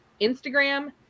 Instagram